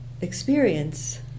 experience